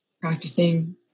practicing